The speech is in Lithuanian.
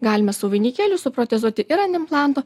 galime su vainikėliu suprotezuoti ir ant implanto